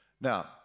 Now